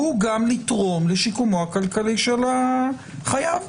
הוא גם לתרום לשיקומו הכלכלי של החייב.